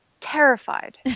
terrified